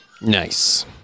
nice